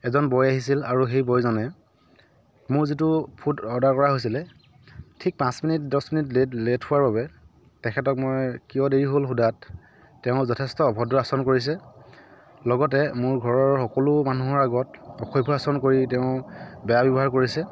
এজন বয় আহিছিল আৰু সেই বয়জনে মোৰ যিটো ফুড অৰ্ডাৰ কৰা হৈছিলে ঠিক পাঁচ মিনিট দহ মিনিট লেট লেট হোৱাৰ বাবে তেখেতক মই কিয় দেৰি হ'ল সোধাত তেঁও যথেষ্ট অভদ্ৰ আচৰণ কৰিছে লগতে মোৰ ঘৰৰ সকলো মানুহৰ আগত অসভ্য আচৰণ কৰি তেঁও বেয়া ব্যৱহাৰ কৰিছে